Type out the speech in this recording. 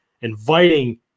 inviting